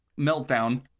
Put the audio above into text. meltdown